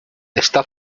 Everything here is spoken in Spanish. está